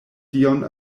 dion